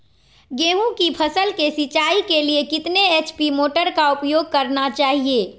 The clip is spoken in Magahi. गेंहू की फसल के सिंचाई के लिए कितने एच.पी मोटर का उपयोग करना चाहिए?